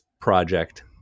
project